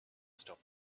stop